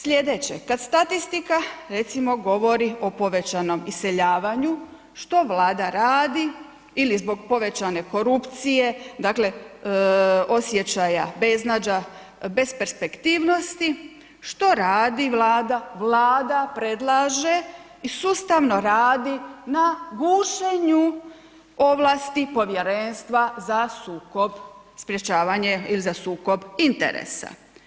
Sljedeće, kad statistika recimo govori o povećanom iseljavanju, što Vlada radi?, ili zbog povećane korupcije, dakle osjećaja beznađa, besperspektivnosti, što radi Vlada?, Vlada predlaže i sustavno radi na gušenju ovlasti Povjerenstva za sukob sprječavanje ili za sukob interesa.